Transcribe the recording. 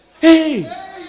Hey